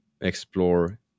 explore